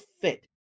fit